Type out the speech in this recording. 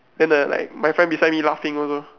then the like my friend beside me laughing also